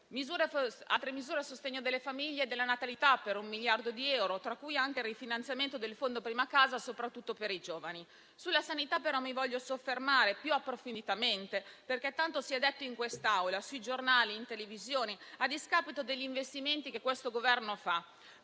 altre misure a sostegno delle famiglie e della natalità per 1 miliardo di euro, tra cui anche il rifinanziamento del Fondo prima casa, soprattutto per i giovani. Sulla sanità mi voglio soffermare più approfonditamente, perché tanto si è detto in quest'Aula, sui giornali, in televisione, a discapito degli investimenti che questo Governo fa.